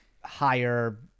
higher